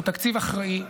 הוא תקציב אחראי.